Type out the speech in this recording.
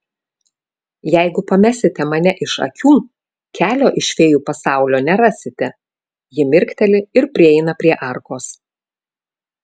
jeigu pamesite mane iš akių kelio iš fėjų pasaulio nerasite ji mirkteli ir prieina prie arkos